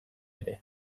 ere